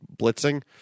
blitzing